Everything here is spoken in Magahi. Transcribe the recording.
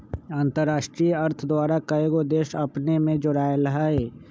अंतरराष्ट्रीय अर्थ द्वारा कएगो देश अपने में जोरायल हइ